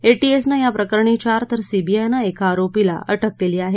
एटीएसनं या प्रकरणी चार तर सीबीआयनं एका आरोपीला अटक केली आहे